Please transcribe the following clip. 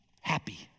happy